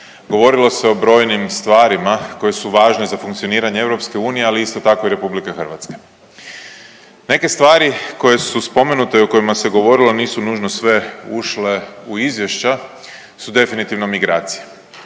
govorilo se o brojnim stvarima koje su važne za funkcioniranje EU, ali isto tako i Republike Hrvatske. Neke stvari koje su spomenute i o kojima se govorilo nisu nužno sve ušle u izvješća su definitivno migracije